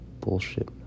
bullshit